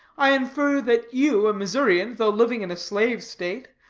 i infer, that you, a missourian, though living in a slave-state,